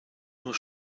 nur